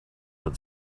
had